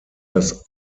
das